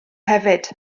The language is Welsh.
hefyd